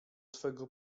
twego